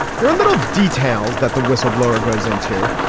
there are little details that the whistleblower goes into.